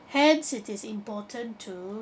hence it is important to